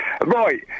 Right